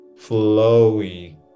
flowy